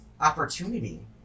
opportunity